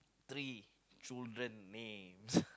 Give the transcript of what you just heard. three children names